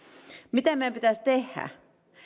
mitä meidän pitäisi tehdä